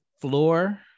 floor